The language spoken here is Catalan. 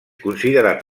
considerat